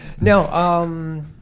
No